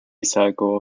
cycle